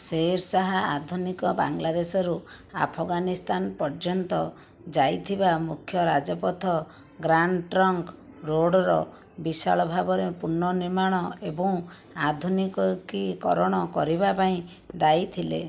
ଶେର୍ ଶାହା ଆଧୁନିକ ବାଂଲାଦେଶରୁ ଆଫଗାନିସ୍ତାନ ପର୍ଯ୍ୟନ୍ତ ଯାଇଥିବା ମୁଖ୍ୟ ରାଜପଥ ଗ୍ରାଣ୍ଡ ଟ୍ରଙ୍କ୍ ରୋଡ଼୍ର ବିଶାଳ ଭାବରେ ପୁନଃନିର୍ମାଣ ଏବଂ ଆଧୁନିକୀକରଣ କରିବା ପାଇଁ ଦାୟୀ ଥିଲେ